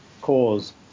cause